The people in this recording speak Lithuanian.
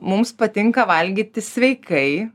mums patinka valgyti sveikai